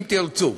אם תרצו.